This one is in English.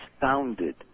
founded